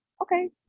okay